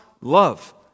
love